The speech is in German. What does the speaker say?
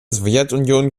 sowjetunion